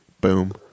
boom